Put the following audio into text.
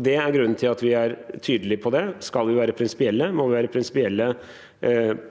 Det er grunnen til at vi er tydelig på det. Skal vi være prinsipielle, må vi være prinsipielle